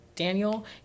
Daniel